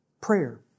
Prayer